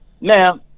now